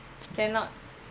cannot